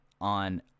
On